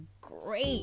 great